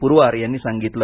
पुरवार यांनी सांगितलं